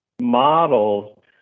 models